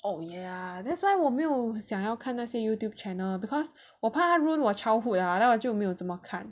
oh yeah that's why 我没有想要看那些 Youtube channel because 我怕 ruin 我 childhood ah then 我就没有怎么看